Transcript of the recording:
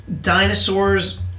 dinosaurs